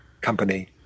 company